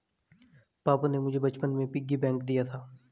पापा ने मुझे बचपन में पिग्गी बैंक दिया था